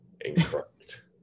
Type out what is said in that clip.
incorrect